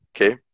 okay